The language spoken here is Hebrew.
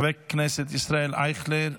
חבר הכנסת ישראל אייכלר,